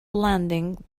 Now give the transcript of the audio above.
landing